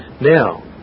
Now